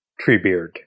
treebeard